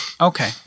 okay